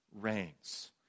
reigns